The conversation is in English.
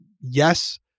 yes